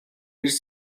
эрс